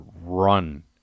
run